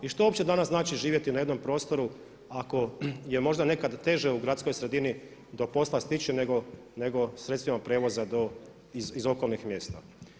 I što uopće danas znači živjeti na jednom prostoru ako je možda nekada teže u gradskoj sredini do posla stići nego sredstvima prijevoza iz okolnih mjesta?